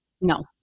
No